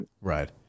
Right